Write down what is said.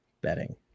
betting